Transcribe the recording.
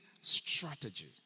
strategy